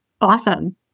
Awesome